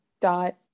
dot